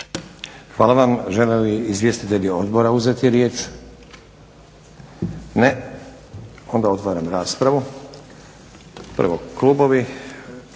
Hvala vam. Žele li izvjestitelji odbora uzeti riječ? Ne. Otvaram raspravu. Prvo klubovi,